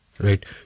Right